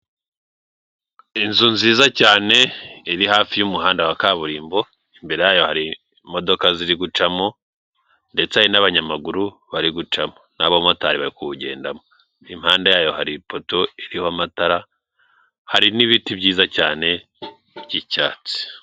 Inzu nziza cyane, iri hafi y'umuhanda wa kaburimbo, imbere yayo hari imodoka ziri gucamo, ndetse hari n'abanyamaguru bari gucamo n'abamotari bari kuwugendamo, impande yayo hari ipoto iriho amatara, hari n'ibiti byiza cyane by'icyatsi.